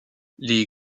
les